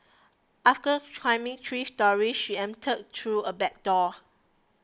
after climbing three storeys she entered through a back door